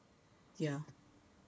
um